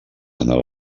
anava